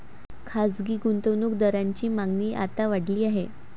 खासगी गुंतवणूक दारांची मागणी आता वाढली आहे